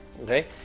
okay